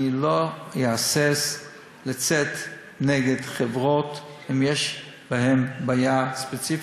אני לא אהסס לצאת נגד חברות אם יש בהן בעיה ספציפית.